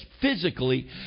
physically